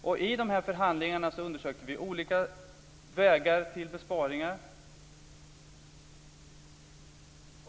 Vi undersökte under förhandlingarna olika vägar till besparingar.